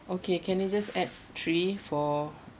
okay you just add three for